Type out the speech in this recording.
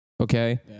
Okay